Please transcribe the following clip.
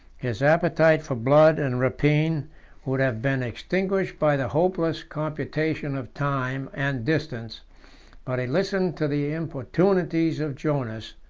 his appetite for blood and rapine would have been extinguished by the hopeless computation of time and distance but he listened to the importunities of jonas,